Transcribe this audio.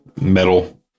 metal